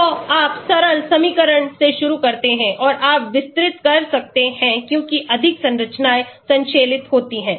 तो आप सरल समीकरण से शुरू करते हैं और आप विस्तृत कर सकते हैं क्योंकि अधिक संरचनाएं संश्लेषित होती हैं